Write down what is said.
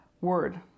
word